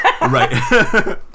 Right